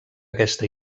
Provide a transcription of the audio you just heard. aquesta